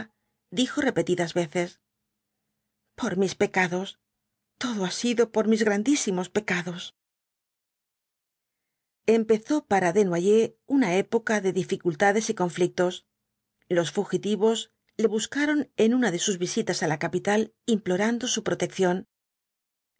dijo repetidas veces por mis pecados todo ha sido por mis grandísimos pecados empezó para desnoyers una época de dificultades y conflictos los fugitivos le buscaron en una de sus visitas á la capital implorando su protección